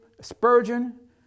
Spurgeon